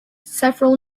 several